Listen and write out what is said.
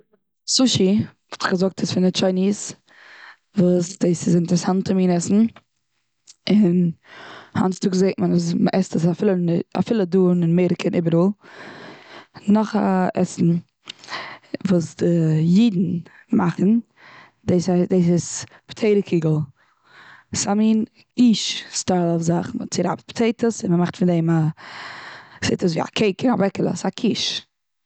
סושי געזאגט איז פון די טשייניז, וואס דאס איז אינטערסאנטע מין עסן, און היינט צוטאגס זעהט מען אז מ'עסט עס אפילו אפילו דא און אמעריקע און איבעראל. נאך א עסן וואס די אידן מאכן דאס איז פאטעיטע קיגל. ס'איז א מין קיש סטייל זאך מ'צורייבט פאטעיטעס און מ'מאכט פון דעים א ס'זעט אויס ווי א קעיק און א בעקעלע ס'איז א קיש.